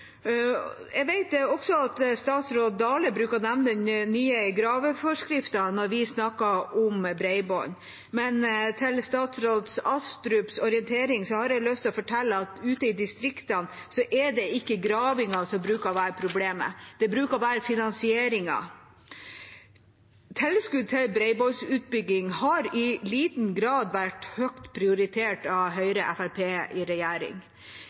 Jeg vet også at statsråd Dale pleier å nevne den nye graveforskriften når vi snakker om bredbånd. Til statsråd Astrups orientering har jeg lyst til å fortelle at ute i distriktene er det ikke gravingen som pleier å være problemet, det pleier å være finansieringen. Tilskudd til bredbåndsutbygging har i liten grad vært høyt prioritert av Høyre og Fremskrittspartiet i regjering.